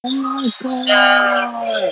oh my god